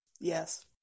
Yes